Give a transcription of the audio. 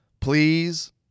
please